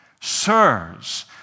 Sirs